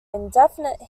indefinite